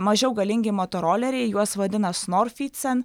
mažiau galingi motoroleriai juos vadina snorfycen